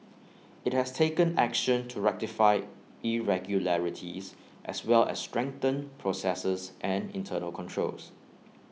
IT has taken action to rectify irregularities as well as strengthen processes and internal controls